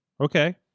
okay